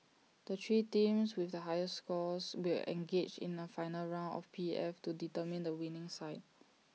the three teams with the highest scores will engage in A final round of P F to determine the winning side